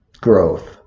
growth